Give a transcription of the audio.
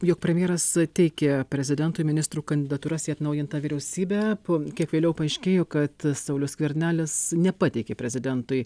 jog premjeras teikė prezidentui ministrų kandidatūras į atnaujintą vyriausybę po kiek vėliau paaiškėjo kad saulius skvernelis nepateikė prezidentui